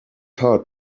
hard